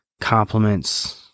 compliments